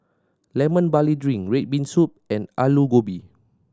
Lemon Barley Drink red bean soup and Aloo Gobi